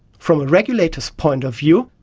from a regulator's point of view,